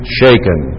shaken